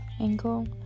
angle